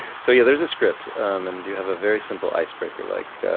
so yeah there is a script, and you have a very simple icebreaker like,